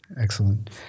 Excellent